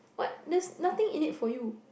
what there's nothing in it for you